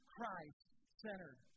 Christ-centered